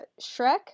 Shrek